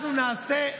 אנחנו נעשה.